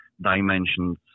dimensions